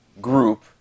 group